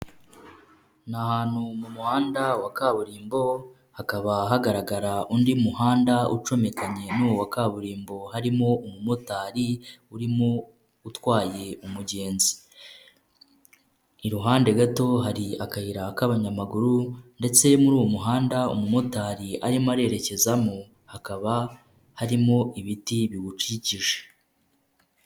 Ni ahantu mu muhanda wa kaburimbo hakaba hagaragara undi muhanda ucomekanye nuwo wa kaburimbo harimo umumotari urimo utwaye umugenzi, iruhande gato hari akayira k'abanyamaguru ndetse muri uwo muhanda umumotari arimo arererekezamo hakaba harimo ibiti biwukikije.